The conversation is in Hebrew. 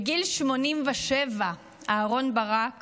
בגיל 87 אהרן ברק